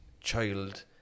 child